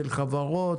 של חברות,